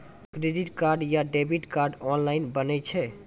Credit card या debit card online बनै छै?